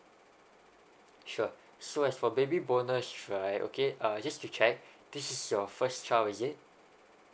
sure so as for baby bonus right okay uh just to check this is your first child is it